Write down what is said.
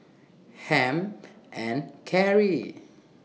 Hamp and Carrie